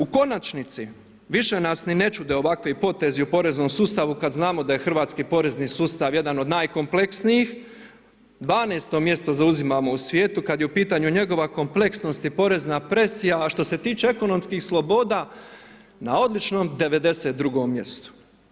U konačnici više nas ni ne čude ovakvi potez u poreznom sustavu kad znamo da je hrvatski porezni sustav jedan od najkompleksnijih, 12. mjesto zauzimamo u svijetu kad je u pitanju njegova kompleksnost i porezna presija a što se tiče ekonomskih sloboda, na odličnom 92. mjestu.